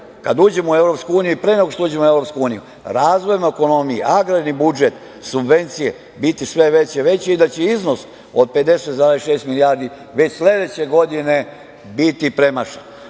uniju i pre nego što uđemo u Evropsku uniju razvojem ekonomije agrarni budžet subvencije biti sve veće i veće i da će iznos od 50,6 milijardi već sledeće godine biti premašen.